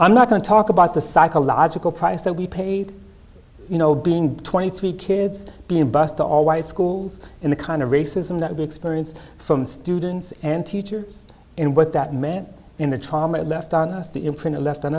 i'm not going to talk about the psychological price that we paid you know being twenty three kids being bused to all white schools in the kind of racism that we experience from students and teachers and what that meant in the trauma it left on us to imprint left on